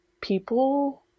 people